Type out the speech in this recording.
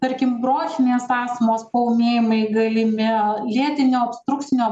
tarkim bronchinės astmos paūmėjimai galimi lėtinio obstrukcinio